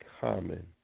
common